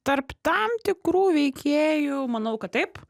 tarp tam tikrų veikėjų manau kad taip